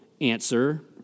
answer